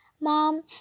Mom